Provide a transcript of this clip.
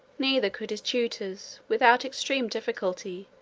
neither could his tutors, without extreme difficulty,